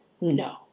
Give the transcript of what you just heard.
no